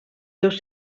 dos